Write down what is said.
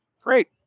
Great